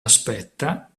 aspetta